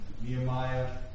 Nehemiah